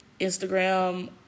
Instagram